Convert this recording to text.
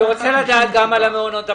אני רוצה לדעת גם על המעונות הפרטיים,